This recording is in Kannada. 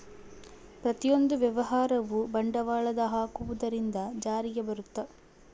ಪ್ರತಿಯೊಂದು ವ್ಯವಹಾರವು ಬಂಡವಾಳದ ಹಾಕುವುದರಿಂದ ಜಾರಿಗೆ ಬರುತ್ತ